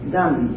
done